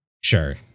Sure